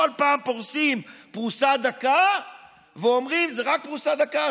כל פעם פורסים פרוסה דקה ואומרים: זו רק פרוסה דקה,